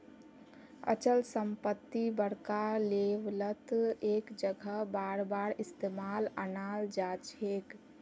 अचल संपत्ति बड़का लेवलत एक जगह बारबार इस्तेमालत अनाल जाछेक